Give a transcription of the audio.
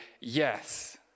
yes